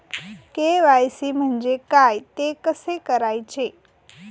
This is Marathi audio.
के.वाय.सी म्हणजे काय? ते कसे करायचे?